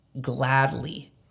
gladly